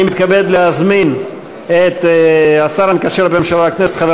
אני מתכבד להזמין את השר המקשר בין הממשלה לכנסת חבר